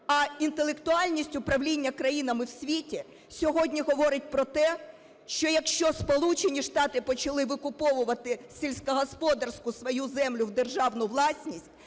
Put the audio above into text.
А інтелектуальність управління країнами в світі сьогодні говорить про те, що якщо Сполучені Штати почали викуповувати сільськогосподарську свою землю в державну власність